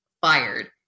fired